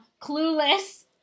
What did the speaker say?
Clueless